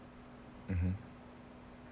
mmhmm